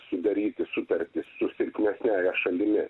sudaryti sutartį su silpnesniąja šalimi